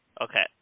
Okay